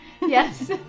Yes